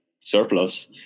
surplus